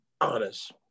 honest